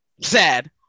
Sad